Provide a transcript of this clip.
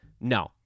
no